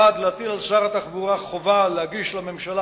1. להטיל על שר התחבורה להגיש לממשלה